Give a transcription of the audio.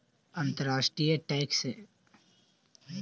tariff tax अंतर्राष्ट्रीय व्यापार पर लगे वाला टैक्स हई